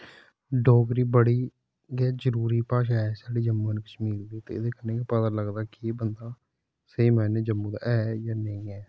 डोगरी बड़ी गे जरूरी भाषा ऐ स्हाड़े जम्मू एंड कश्मीर दी ते एहदे कन्ने के पता लगदा की एह् बंदा स्हेई मायने च जम्मू दा ऐ जां नेई ऐ